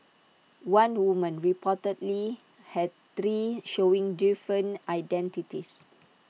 one woman reportedly had three showing different identities